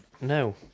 No